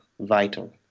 vital